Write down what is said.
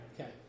Okay